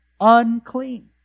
unclean